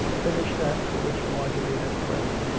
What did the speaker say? finished that for which marjorie had prayed,